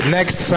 Next